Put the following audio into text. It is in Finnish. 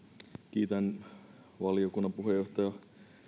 kiitän valiokunnan puheenjohtaja